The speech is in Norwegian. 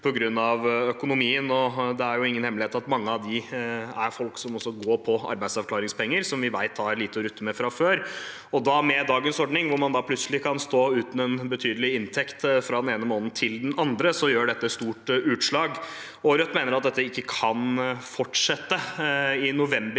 Det er ingen hemmelighet at mange av dem er folk som også går på arbeidsavklaringspenger, og som vi vet har lite å rutte med fra før. Med dagens ordning, hvor man plutselig kan stå uten en betydelig inntekt fra den ene måneden til den andre, gir det stort utslag. Rødt mener at dette ikke kan fortsette. I november